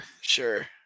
Sure